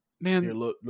Man